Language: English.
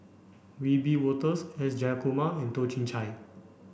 Wiebe Wolters S Jayakumar and Toh Chin Chye